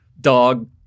dog